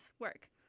work